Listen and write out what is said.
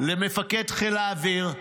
למפקד חיל האוויר,